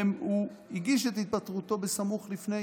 והוא הגיש את התפטרותו בסמוך לפני